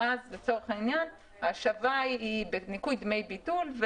ואז לצורך העניין ההשבה היא בניכוי דמי ביטול,